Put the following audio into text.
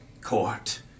court